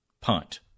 Punt